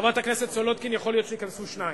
חברת הכנסת סולודקין, יכול להיות שייכנסו שניים.